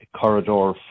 corridor